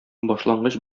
башлангыч